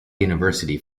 university